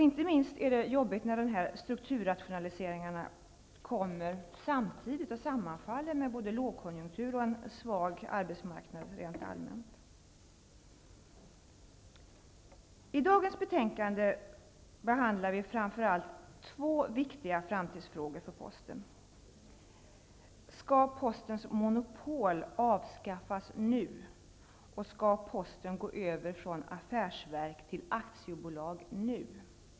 Inte minst är det jobbigt när dessa strukturrationaliseringar sammanfaller med en lågkonjunktur och en svag arbetsmarknad rent allmänt. I dagens betänkande behandlar vi framför allt två viktiga framtidsfrågor för posten: Skall postens monopol avskaffas nu? Skall posten gå över från att vara ett affärsverk till ett aktiebolag nu?